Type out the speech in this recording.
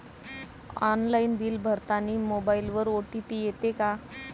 Online bill भरतानी मोबाईलवर OTP येते का?